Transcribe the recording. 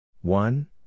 One